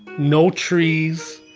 no trees,